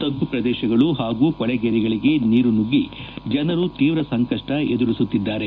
ತಗ್ಗು ಪ್ರದೇಶಗಳು ಹಾಗೂ ಕೊಳಗೇರಿಗಳಿಗೆ ನೀರು ನುಗ್ಗಿ ಜನರು ತೀವ್ರ ಸಂಕಷ್ಟ ಎದುರಿಸುತ್ತಿದ್ದಾರೆ